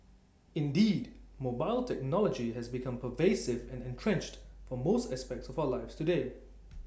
indeed mobile technology has become pervasive and entrenched for most aspects of our lives today